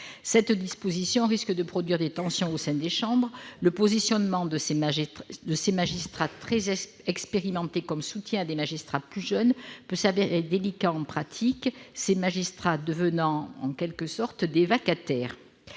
Cette disposition risque de produire des tensions au sein des chambres : le positionnement de ces magistrats très expérimentés comme soutien à des magistrats plus jeunes peut s'avérer délicat en pratique, ces magistrats devenant en quelque sorte des vacataires.